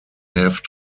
have